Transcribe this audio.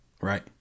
Right